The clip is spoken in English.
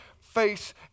face